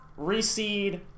reseed